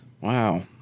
Wow